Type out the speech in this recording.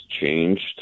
changed